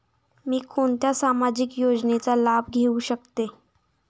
मी कोणत्या सामाजिक योजनेचा लाभ घेऊ शकते?